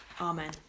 Amen